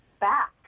back